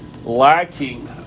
Lacking